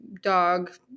dog